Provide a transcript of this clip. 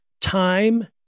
time